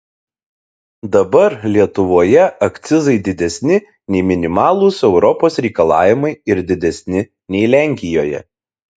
dabar lietuvoje akcizai didesni nei minimalūs europos reikalavimai ir didesni nei lenkijoje